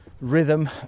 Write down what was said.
rhythm